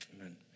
amen